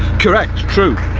correct, true.